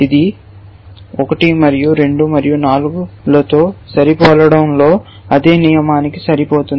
ఇది 1 మరియు 2 మరియు 4 లతో సరిపోలడంలో అదే నియమానికి సరిపోతుంది